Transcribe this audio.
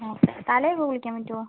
okay തല ഒക്കെ കുളിക്കാൻ പറ്റുമോ